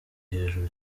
hejuru